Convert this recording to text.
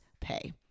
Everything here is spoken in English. pay